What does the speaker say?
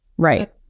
Right